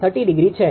7441∠30° છે